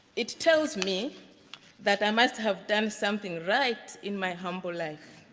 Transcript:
it tells me that i must have done something right in my humble life.